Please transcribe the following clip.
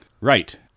Right